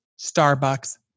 Starbucks